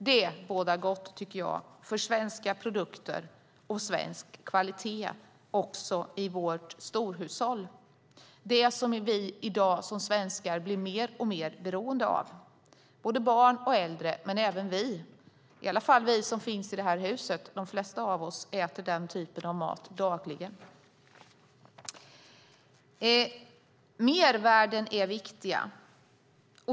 Det tycker jag bådar gott för svenska produkter och svensk kvalitet också i de storhushåll som vi svenskar blir alltmer beroende av. Såväl barn som äldre och även vi som finns i det här huset äter den typen av mat dagligen. Mervärden är viktiga.